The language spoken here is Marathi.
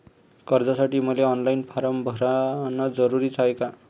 कर्जासाठी मले ऑनलाईन फारम भरन जरुरीच हाय का?